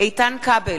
איתן כבל,